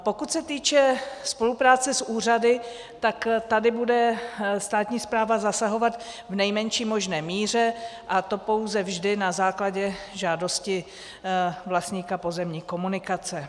Pokud se týče spolupráce s úřady, tak tady bude státní správa zasahovat v nejmenší možné míře, a to pouze vždy na základě žádosti vlastníka pozemní komunikace.